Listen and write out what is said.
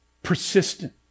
Persistent